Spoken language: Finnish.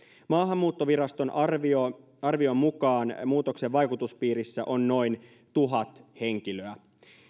maahanmuuttoviraston arvion arvion mukaan muutoksen vaikutuspiirissä on noin tuhat henkilöä